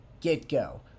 get-go